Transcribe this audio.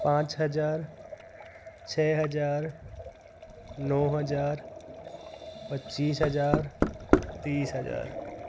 पांच हज़ार छ हज़ार नौ हज़ार पच्चीस हज़ार तीस हज़ार